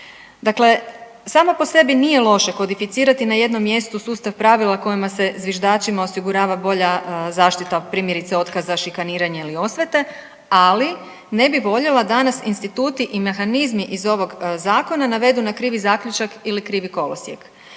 Dakle, samo po sebi nije loše kodificirati na jednom mjestu sustav pravila kojima se zviždačima osigurava bolja zaštita od primjerice, otkaza, šikaniranja ili osvete, ali ne bi voljela da nas instituti i mehanizmi iz ovog Zakona navedu na krivi zaključak ili krivi kolosijek.